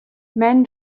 men